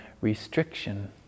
restriction